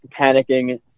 panicking